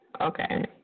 Okay